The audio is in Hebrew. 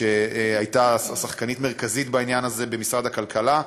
שהייתה שחקנית מרכזית בעניין הזה במשרד הכלכלה,